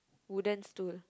wooden stool